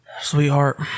Sweetheart